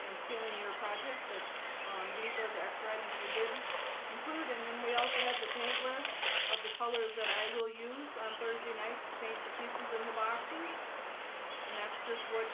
and sealing your project but um these are the extra items we did include and then we also have the paint list of the colors that i will use on thursday nights to paint the pieces in the boxes and that's just what